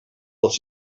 pels